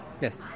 Yes